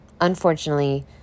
unfortunately